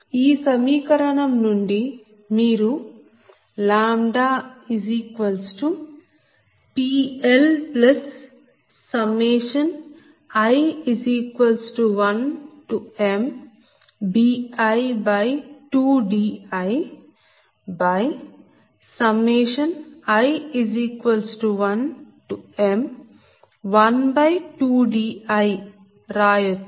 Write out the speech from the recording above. ఈ సమీకరణం నుండి మీరు λPLi1mbi2dii1m12di రాయచ్చు